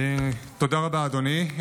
תודה רבה, אדוני.